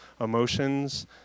emotions